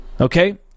Okay